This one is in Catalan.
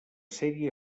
sèrie